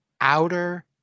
outer